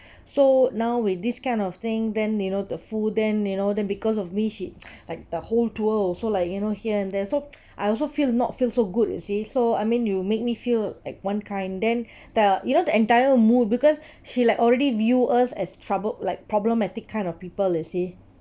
so now with this kind of thing then you know the full then you know then because of me she like the whole tour also like you know here and there so I also feel not feel so good you see so I mean you make me feel like one kind then the you know the entire mood because she like already view us as troubled like problematic kind of people you see